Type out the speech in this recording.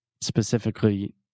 specifically